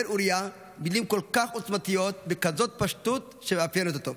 אומר אוריה מילים כל כך עוצמתיות בכזאת פשטות שמאפיינת אותו: